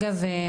אגב,